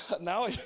now